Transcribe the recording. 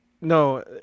no